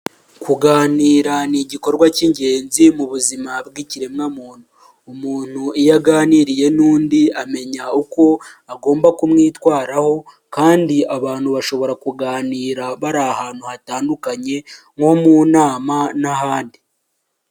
Kuganira ni igikorwa cy'ingenzi mu buzima bw'ikiremwamuntu, umuntu iyo aganiriye nundi amenya uko agomba kumwitwaraho, kandi abantu bashobora kuganira bari ahantu hatandukanye nko mu nama n'ahandi.